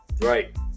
Right